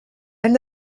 elle